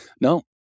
No